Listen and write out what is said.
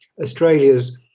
Australia's